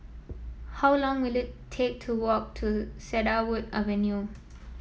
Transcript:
how long will it take to walk to Cedarwood Avenue